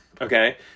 Okay